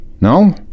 no